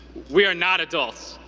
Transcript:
we are not adults,